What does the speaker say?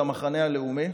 על המחנה הלאומי,